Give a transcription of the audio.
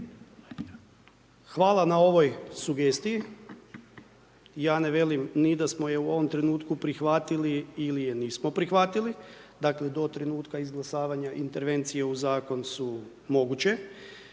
Hvala na ovoj sugestiji. Ja ne velim ni da smo je u ovom trenutku prihvatili ili je nismo prihvatili, dakle to trenutka izglasavanja intervencije u zakon su moguće.